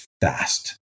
fast